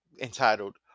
entitled